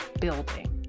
building